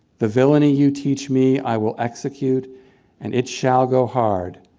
the villainy you teach me i will execute and it shall go hard,